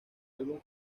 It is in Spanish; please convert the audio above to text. álbum